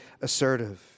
assertive